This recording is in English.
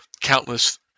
countless